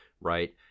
Right